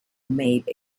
made